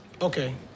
Okay